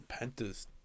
pentas